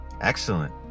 Excellent